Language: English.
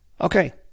Okay